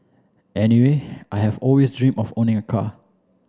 anyway I have always dream of owning a car